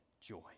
joy